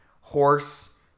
horse